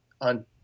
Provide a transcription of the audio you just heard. on